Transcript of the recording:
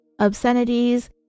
obscenities